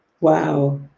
wow